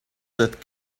that